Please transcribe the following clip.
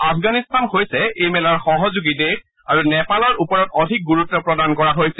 আফগানিস্তান হৈছে এই মেলাৰ সহযোগী দেশ আৰু নেপালৰ ওপৰত আধিক গুৰুত্ব প্ৰদান কৰা হৈছে